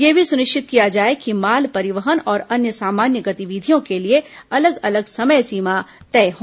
यह भी सूनिश्चित किया जाए की माल परिवहन और अन्य सामान्य गतिविधियों के लिए अलग अलग समय सीमा तय हो